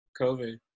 COVID